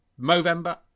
Movember